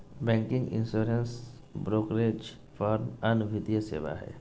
banking, insurance, brokerage firm अन्य वित्तीय सेवा हय